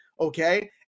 okay